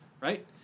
right